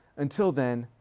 until then,